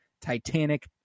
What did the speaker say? Titanic